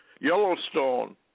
Yellowstone